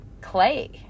Clay